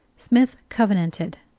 smith covenanted!